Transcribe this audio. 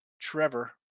Trevor